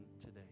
today